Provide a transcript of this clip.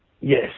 Yes